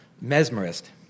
mesmerist